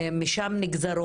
משם נגזרים